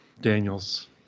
Daniels